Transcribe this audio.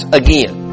again